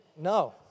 no